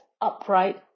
upright